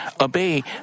obey